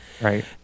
right